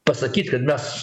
pasakyt kad mes